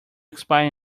expire